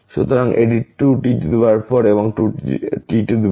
সুতরাং এটি 2t4 এবং 2t4